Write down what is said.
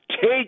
take